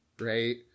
right